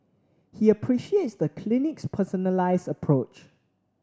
he appreciates the clinic's personalised approach